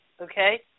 okay